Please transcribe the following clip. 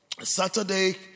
Saturday